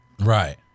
Right